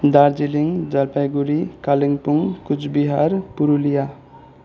Darjeeling Jalpaiguri Kalimpong Coochbehar Purulia